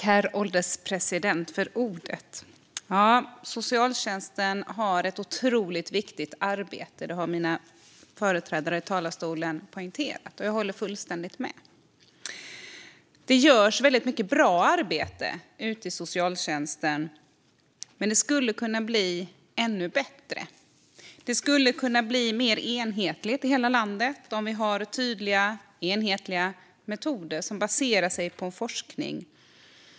Herr ålderspresident! Socialtjänsten utför ett otroligt viktigt arbete. Det har tidigare talare här i talarstolen poängterat, och jag håller fullständigt med. Det görs väldigt mycket bra arbete ute i socialtjänsten, men det skulle kunna bli ännu bättre. Det skulle kunna bli mer enhetligt i hela landet om vi hade tydliga och enhetliga metoder som baserar sig på forskning.